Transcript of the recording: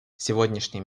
сегодняшний